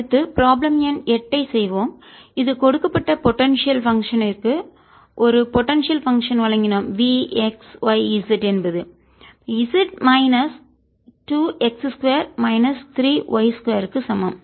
அடுத்து ப்ராப்ளம் எண் 8 ஐ செய்வோம் இது கொடுக்கப்பட்ட போடன்சியல் பங்க்ஷன் ற்கு சாத்தியமான செயல்பாட்டிற்கு ஒரு போடன்சியல் பங்க்ஷன் வழங்கினோம் V x y z என்பது z minus 2 x 2 minus 3 y 2 க்கு சமம்